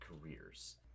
careers